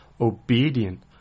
obedient